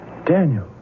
Daniel